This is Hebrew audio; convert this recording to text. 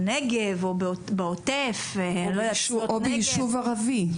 בנגב או בעוטף, לא יודעת או ביישוב ערבי.